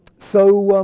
so,